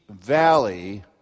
valley